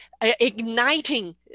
igniting